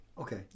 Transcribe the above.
Okay